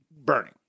burning